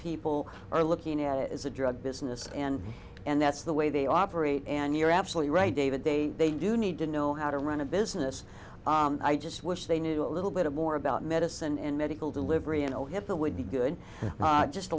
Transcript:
people are looking at it as a drug business and and that's the way they operate and you're absolutely right david they they do need to know how to run a business i just wish they knew a little bit more about medicine and medical delivery and ohip it would be good not just